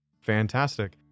Fantastic